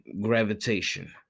gravitation